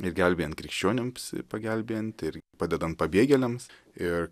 ir gelbėjant krikščionims pagelbėjant ir padedant pabėgėliams ir